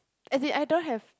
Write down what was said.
as in I don't have